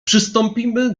przystąpimy